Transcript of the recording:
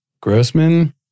Grossman